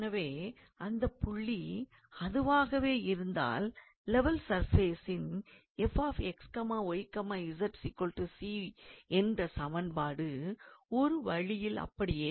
எனவே அந்தப்புள்ளி அதுவாகவே இருந்தால் லெவல் சர்ஃபேசின் 𝑓𝑥𝑦𝑧 𝑐 என்ற சமன்பாடு ஒரு வழியில் அப்படியே இருக்கும்